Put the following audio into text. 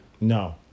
no